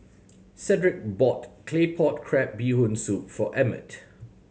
Cedrick bought Claypot Crab Bee Hoon Soup for Emmett